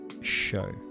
show